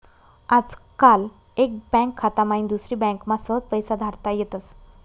आजकाल एक बँक खाता माईन दुसरी बँकमा सहज पैसा धाडता येतस